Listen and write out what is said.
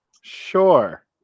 Sure